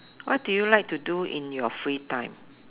what do you like to do in your free time